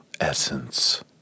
essence